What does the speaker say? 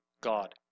God